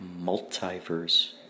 multiverse